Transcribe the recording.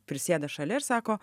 prisėda šalia ir sako